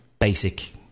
basic